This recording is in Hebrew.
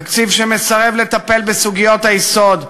תקציב שמסרב לטפל בסוגיות היסוד,